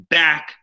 back